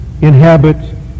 inhabit